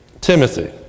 Timothy